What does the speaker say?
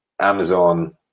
Amazon